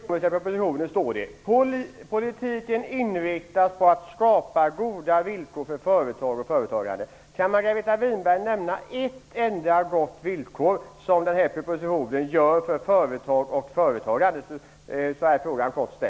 Fru talman! I den ekonomiska propositionen står det: Politiken är inriktad på att skapa goda villkor för företag och företagare. Kan Margareta Winberg nämna att enda gott villkor i propositionen för företag och företagare?